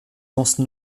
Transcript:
dense